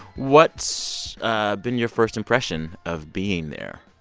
what's been your first impression of being there?